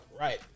Right